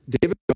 David